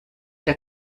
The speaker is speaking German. der